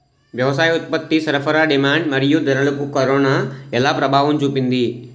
వ్యవసాయ ఉత్పత్తి సరఫరా డిమాండ్ మరియు ధరలకు కరోనా ఎలా ప్రభావం చూపింది